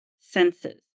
senses